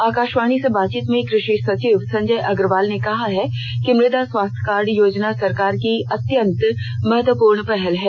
आकाशवाणी से बातचीत में कृषि सचिव संजय अग्रवाल ने कहा है कि मुदा स्वास्थ्य कार्ड योजना सरकार की अत्यंत महत्वपूर्ण पहल है